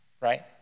Right